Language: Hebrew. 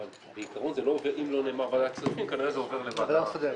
בעיקרון אם לא נאמר "ועדת כספים" כנראה זה עובר לוועדה מסדרת.